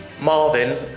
Marvin